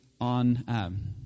on